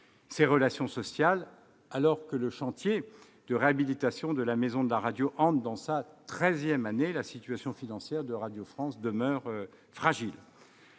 ses relations sociales. Alors que le chantier de réhabilitation de la Maison de la radio entre dans sa treizième année, la situation financière de Radio France demeure fragile.